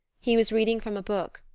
he was reading from a book.